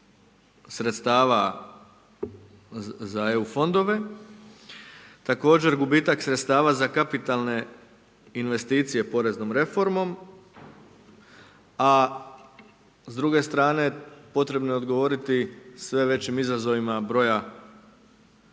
sredstava za EU fondove, također gubitak sredstava za kapitalne investicije poreznom reformom, a s druge strane potrebno je odgovoriti sve većim izazovima broja gostiju,